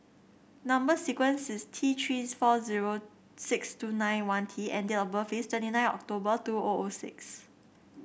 number sequence is T Three four zero six two nine one T and date of birth is twenty nine October two O O six